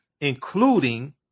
including